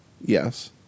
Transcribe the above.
Yes